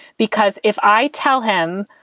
because if i tell him,